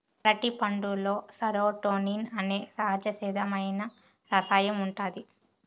అరటిపండులో సెరోటోనిన్ అనే సహజసిద్ధమైన రసాయనం ఉంటాది